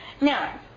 now